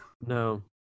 No